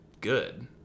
good